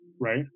right